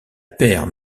paire